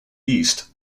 east